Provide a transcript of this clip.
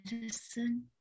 medicine